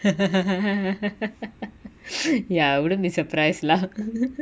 ya I wouldn't be surprised lah